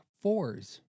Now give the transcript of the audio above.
Fours